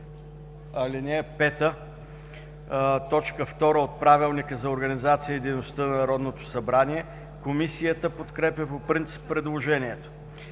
5, т. 2 от Правилника. Комисията подкрепя по принцип предложението.